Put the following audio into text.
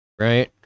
right